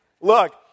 Look